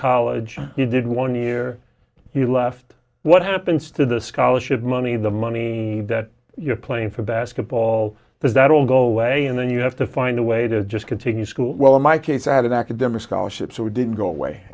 college you didn't one year he left what happens to the scholarship money the money that you're playing for basketball does that all go away and then you have to find a way to just continue school well in my case at an academic scholarship so it didn't go away